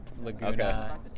Laguna